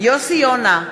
יוסי יונה,